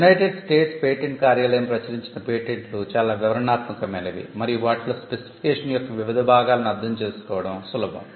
United States patent కార్యాలయం ప్రచురించిన పేటెంట్లు చాలా వివరణాత్మకమైనవి మరియు వాటిలో స్పెసిఫికేషన్ యొక్క వివిధ భాగాలను అర్థం చేసుకోవడం సులభం